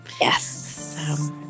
Yes